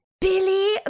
Billy